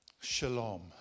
Shalom